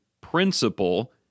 principle